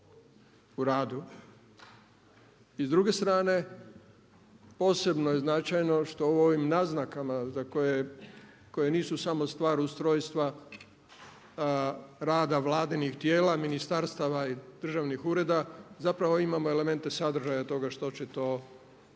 u radu. I s druge strane, posebno je značajno što u ovim naznakama za koje, koje nisu samo stvar ustrojstva rada vladinih tijela, ministarstava i državnih ureda zapravo imamo elemente sadržaja toga što će to tijelo